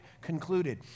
concluded